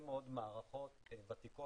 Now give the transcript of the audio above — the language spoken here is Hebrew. ובאמת נעשה קשר מאוד יפה.